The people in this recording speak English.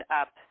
up